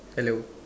hello